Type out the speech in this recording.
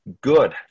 good